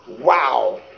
Wow